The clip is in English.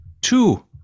two